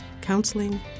counseling